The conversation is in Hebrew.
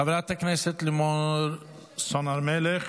חברת הכנסת לימור סון הר מלך,